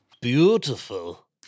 Beautiful